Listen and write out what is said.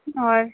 اور